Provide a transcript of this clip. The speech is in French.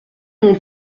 mon